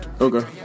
Okay